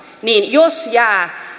niin jos jää